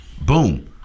boom